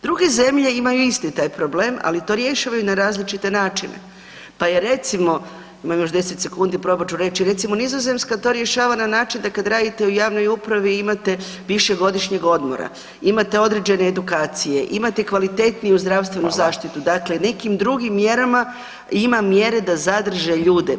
Druge zemlje imaju isti taj problem, ali to rješavaju na različite načine, pa je recimo, imam još 10 sekundi, probat ću reći, recimo Nizozemska to rješava na način da kad radite u javnoj upravi imate više godišnjeg odmora, imate određene edukacije, imate kvalitetniju zdravstvenu zaštitu, dakle nekim drugim mjerama, ima mjere da zadrže ljude.